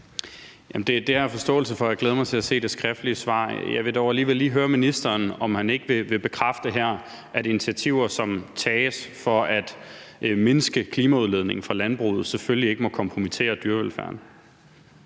jeg glæder mig til at se det skriftlige svar. Jeg vil dog alligevel lige høre ministeren, om han ikke vil bekræfte her, at initiativer, som tages for at mindske klimabelastningen fra landbruget, selvfølgelig ikke må kompromittere dyrevelfærden.